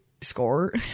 score